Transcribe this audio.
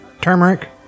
Turmeric